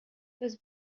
was